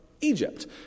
Egypt